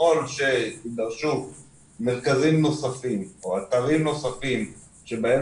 וככל שיידרשו מרכזים נוספים או אתרים נוספים שבהם